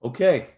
Okay